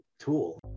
tool